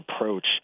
approach